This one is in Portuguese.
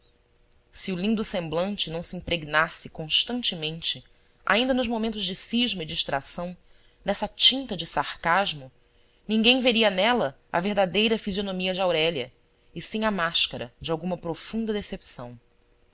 se o lindo semblante não se impregnasse constantemente ainda nos momentos de cisma e distração dessa tinta de sarcasmo ninguém veria nela a verdadeira fisionomia de aurélia e sim a máscara de alguma profunda decepção